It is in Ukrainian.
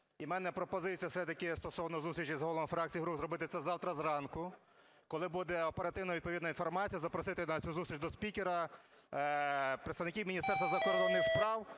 у мене пропозиція все-таки стосовно зустрічі з головами фракцій, зробити це завтра зранку, коли буде оперативна відповідна інформація. Запросити на цю зустріч до спікера представників Міністерства закордонних справ